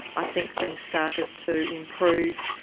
i think things started to improve.